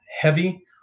heavy